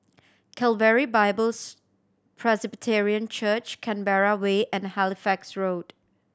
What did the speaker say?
Calvary Bibles Presbyterian Church Canberra Way and Halifax Road